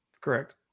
Correct